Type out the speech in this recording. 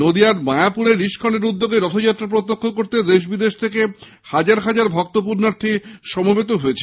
নদীয়ার মায়াপুর ইস্কনের উদ্যোগে রথযাত্রা প্রত্যক্ষ করতে দেশ বিদেশ থেকে হাজার হাজার ভক্ত পূণ্যার্থী সমবেত হয়েছেন